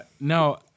No